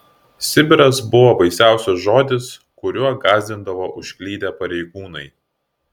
sibiras buvo baisiausias žodis kuriuo gąsdindavo užklydę pareigūnai